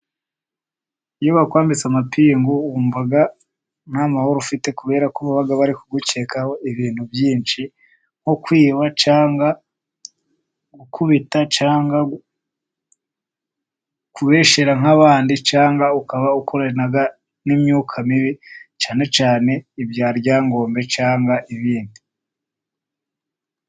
Iyo bakwambitse amapingu wumva nta mahoro ufite kubera ko baba bari kugukekaho ibintu byinshi nko kwiba cyangwa gukubita cyangwa kubeshyera nk'abandi cyangwa ukaba ukorana n'imyuka mibi cyane cyane ibya Ryangombe cyangwa ibindi.